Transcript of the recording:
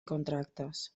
contractes